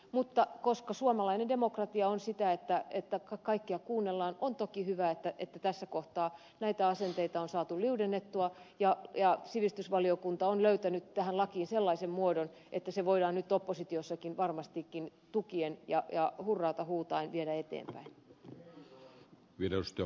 mutta koska suomalainen demokratia on sitä että kaikkia kuunnellaan on toki hyvä että tässä kohtaa näitä asenteita on saatu liudennettua ja sivistysvaliokunta on löytänyt tähän lakiin sellaisen muodon että se voidaan nyt oppositiossakin varmastikin tukien ja hurraata huutaen viedä eteenpäin